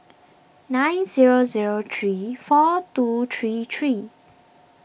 nine zero zero three four two three three